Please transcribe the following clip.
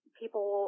people